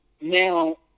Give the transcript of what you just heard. Now